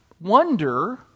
wonder